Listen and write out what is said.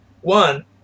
One